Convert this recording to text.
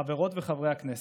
חברות וחברי הכנסת,